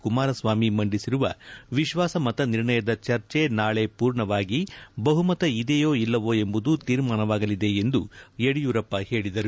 ಕುಮಾರಸ್ವಾಮಿ ಮಂಡಿಸಿರುವ ವಿಶ್ವಾಸಮತ ನಿರ್ಣಯದ ಚರ್ಚೆ ನಾಳೆ ಪೂರ್ಣವಾಗಿ ಬಹುಮತ ಇದೆಯೋ ಇಲ್ಲವೋ ಎಂಬುದು ತೀರ್ಮಾನವಾಗಲಿದೆ ಎಂದು ಯಡಿಯೂರಪ್ಪ ಹೇಳಿದರು